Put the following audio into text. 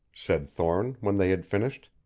said thorne when they had finished.